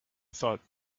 thought